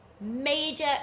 major